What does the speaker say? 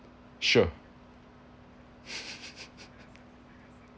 sure